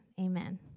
Amen